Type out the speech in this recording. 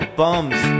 bums